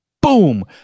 boom